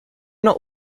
not